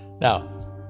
Now